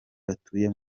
batuye